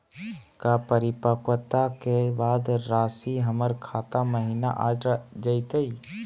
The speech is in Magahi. का परिपक्वता के बाद रासी हमर खाता महिना आ जइतई?